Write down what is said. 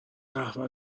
قهوه